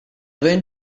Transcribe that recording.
went